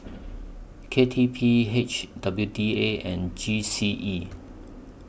K T P H W D A and G C E